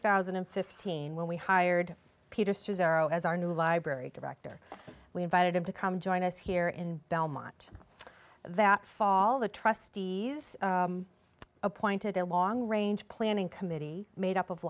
thousand and fifteen when we hired peters to zero as our new library director we invited him to come join us here in belmont that fall the trustees appointed a long range planning committee made up of